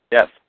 Yes